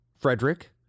Frederick